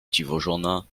dziwożona